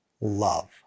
love